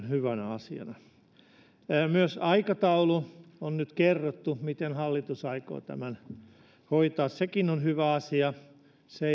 hyvänä asiana myös aikataulu miten hallitus aikoo tämän hoitaa on nyt kerrottu sekin on hyvä asia se